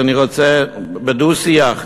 אני רוצה בדו-שיח.